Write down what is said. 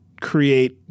create